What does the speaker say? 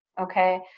Okay